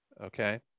Okay